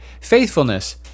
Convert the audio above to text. Faithfulness